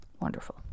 wonderful